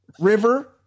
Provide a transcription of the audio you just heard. river